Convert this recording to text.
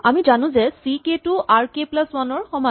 আমি জানো যে চি কে টো আৰ কে প্লাচ ৱান ৰ সমান